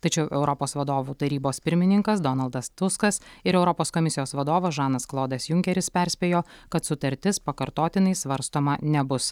tačiau europos vadovų tarybos pirmininkas donaldas tuskas ir europos komisijos vadovas žanas klodas junkeris perspėjo kad sutartis pakartotinai svarstoma nebus